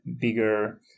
bigger